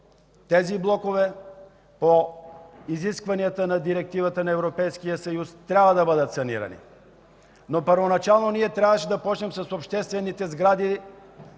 тези блокове по изискванията на директивата на Европейския съюз трябва да бъдат санирани, но първоначално ние трябваше да започнем с обществените сгради